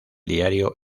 diario